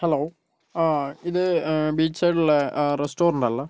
hello ആ ഇത് beach സൈഡിൽ ഉള്ള റസ്റ്റോറൻറ് അല്ലേ